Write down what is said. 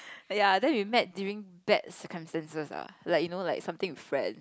ya then we made during bad circumstances ah like you know like something with friend